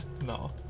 No